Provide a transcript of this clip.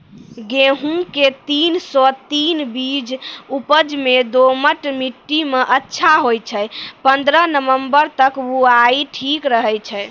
गेहूँम के तीन सौ तीन बीज उपज मे दोमट मिट्टी मे अच्छा होय छै, पन्द्रह नवंबर तक बुआई ठीक रहै छै